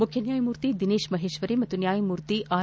ಮುಖ್ಯನ್ಯಾಯಮೂರ್ತಿ ದಿನೇತ್ ಮಹೇಶ್ವರಿ ಹಾಗೂ ನ್ವಾಯಮೂರ್ತಿ ಆರ್